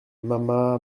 mama